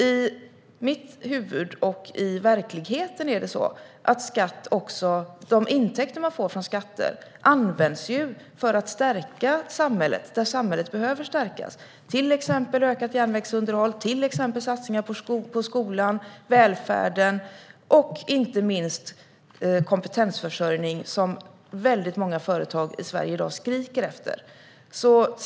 I mitt huvud och i verkligheten är det så att de intäkter man får från skatter används för att stärka samhället där samhället behöver stärkas, till exempel genom ökat järnvägsunderhåll och satsningar på skolan, välfärden och inte minst kompetensförsörjning, som väldigt många företag i Sverige skriker efter i dag.